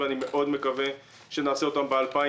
ואני מקווה מאוד שנעשה אותם ב-2021.